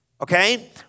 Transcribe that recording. okay